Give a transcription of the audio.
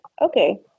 okay